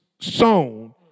sown